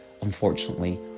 unfortunately